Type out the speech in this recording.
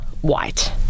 white